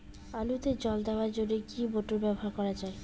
আলুতে জল দেওয়ার জন্য কি মোটর ব্যবহার করা যায়?